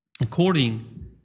according